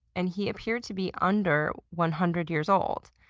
and he appeared to be under one hundred years old,